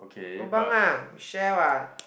lobang ah we share [what]